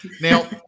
Now